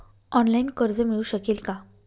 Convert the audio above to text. Online कर्ज मिळू शकेल का?